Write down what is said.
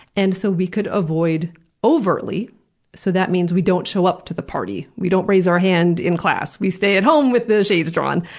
and so we could avoid overtly so that means that we don't show up to the party, we don't raise our hand in class, we stay at home with the shades drawn.